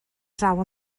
draw